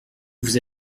vous